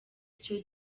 icyo